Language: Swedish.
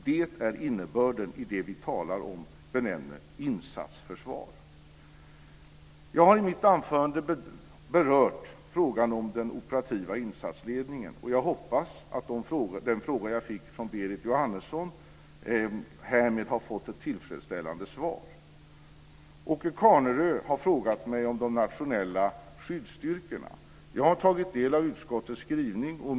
Det är innebörden i det som vi talar om och benämner insatsförsvar. Jag har i mitt anförande berört frågan om den operativa insatsledningen. Jag hoppas att den fråga jag fick från Berit Jóhannesson härmed har fått ett tillfredsställande svar. Åke Carnerö har frågat mig om de nationella skyddsstyrkorna. Jag har tagit del av utskottets skrivning.